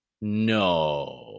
No